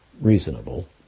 reasonable